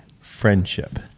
friendship